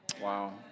Wow